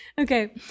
Okay